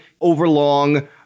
overlong